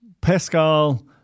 Pascal